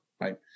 right